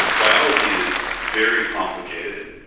biology is very complicated,